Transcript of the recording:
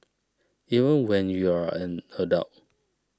even when you're an adult